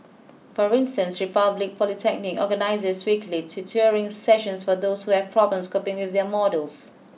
for instance Republic Polytechnic organises weekly tutoring sessions for those who have problems coping with their modules